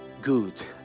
good